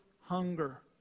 hunger